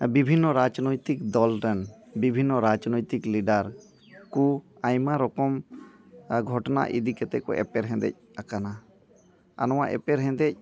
ᱵᱤᱵᱷᱤᱱᱱᱚ ᱨᱟᱡᱽᱱᱳᱭᱛᱤᱠ ᱫᱚᱞᱨᱮᱱ ᱵᱤᱵᱷᱤᱱᱱᱚ ᱨᱟᱡᱽᱱᱳᱭᱛᱤᱠ ᱞᱤᱰᱟᱨ ᱠᱚ ᱟᱭᱢᱟ ᱨᱚᱠᱚᱢ ᱜᱷᱚᱴᱚᱱᱟ ᱤᱫᱤ ᱠᱟᱛᱮᱫ ᱠᱚ ᱮᱯᱮᱨᱦᱮᱸᱰᱮᱡ ᱟᱠᱟᱱᱟ ᱟᱨ ᱱᱚᱣᱟ ᱮᱯᱮᱨᱦᱮᱸᱰᱮᱡ